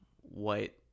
white